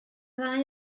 ddau